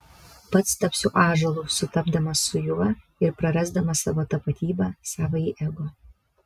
pats tapsiu ąžuolu sutapdamas su juo ir prarasdamas savo tapatybę savąjį ego